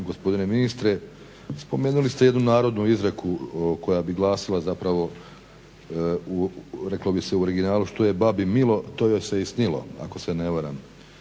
gospodine ministre spomenuli ste jednu narodnu izreku koja bi glasila zapravo reklo bi se u originalu "Što je babi milo to joj se i snilo" ako se ne varam.